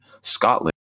Scotland